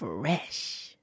Fresh